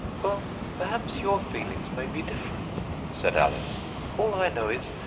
well, perhaps your feelings may be different said alice all i know is,